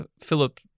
Philip